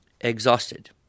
Exhausted